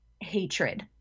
hatred